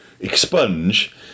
expunge